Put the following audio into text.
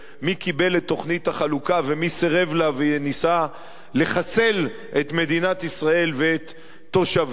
את תוכנית החלוקה ומי סירב לה וניסה לחסל את מדינת ישראל ואת תושביה.